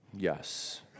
Yes